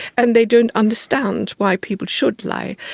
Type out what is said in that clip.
and they don't understand why people should lie.